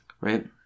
right